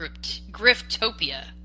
Griftopia